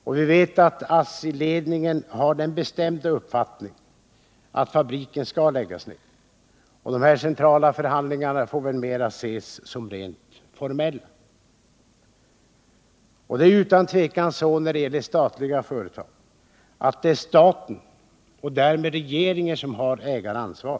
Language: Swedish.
Vi vet också att ASSI-ledningen har den bestämda uppfattningen att fabriken skall läggas ner. De centrala förhandlingarna får mot den bakgrunden mera ses som rent formella. När det gäller statliga företag är det utan tvivel så att det är staten och därmed regeringen som har ägaransvar.